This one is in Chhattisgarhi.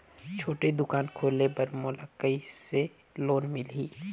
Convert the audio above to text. छोटे दुकान खोले बर मोला कइसे लोन मिलही?